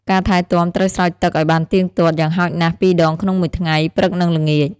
ការថែទាំត្រូវស្រោចទឹកឲ្យបានទៀងទាត់ យ៉ាងហោចណាស់ពីរដងក្នុងមួយថ្ងៃ (ព្រឹក និងល្ងាច)។